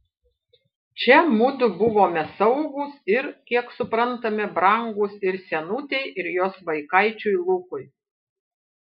čia mudu buvome saugūs ir kiek suprantame brangūs ir senutei ir jos vaikaičiui lukui